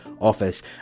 office